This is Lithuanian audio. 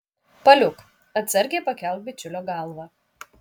paliuk atsargiai pakelk bičiulio galvą